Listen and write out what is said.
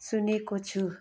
सुनेको छु